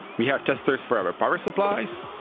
we have testers for our power supplies,